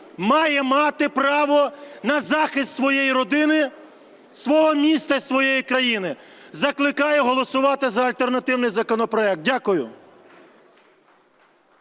має мати право на захист своєї родини, свого міста і своєї країни. Закликаю голосувати за альтернативний законопроект. Дякую.